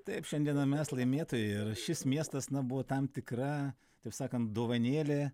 taip šiandieną mes laimėtojai ir šis miestas na buvo tam tikra taip sakant dovanėlė